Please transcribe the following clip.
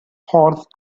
horse